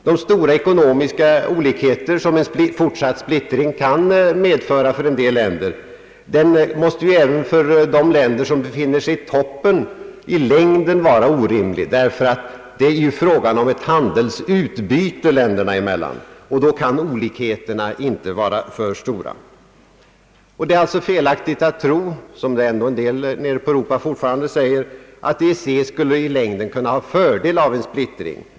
De stora ekonomiska olikheter mellan olika länder som en fortsatt splittring kan medföra måste ju även för de länder, som befinner sig i toppen, vara orimliga i det långa loppet, ty det är ju frågan om ett handelsutbyte länderna emellan, och då kan olikheterna inte vara för stora. Det är alltså felaktigt att tro, som ändå en del nere i Europa fortfarande säger, att EEC skulle i längden kunna ha fördel av en splittring.